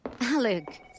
Alec